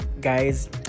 guys